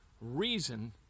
reason